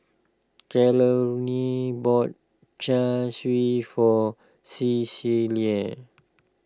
Carolyne bought Char Siu for Cecilia